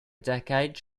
decade